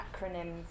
acronyms